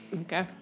Okay